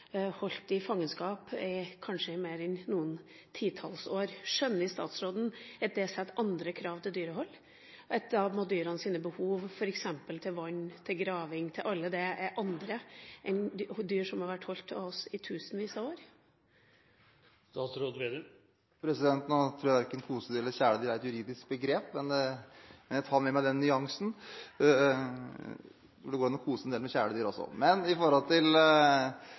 i fangenskap i mer enn kanskje noen titalls år. Skjønner statsråden at det setter andre krav til dyrehold – at dyrene har andre behov rundt f.eks. vann, graving og alt det, enn dyr som har vært holdt av oss i tusenvis av år? Nå tror jeg verken kosedyr eller kjæledyr er et juridisk begrep, men jeg tar med meg den nyansen. Det går an å kose en del med kjæledyr også. Men når det gjelder pelsdyr: Det er en grunn til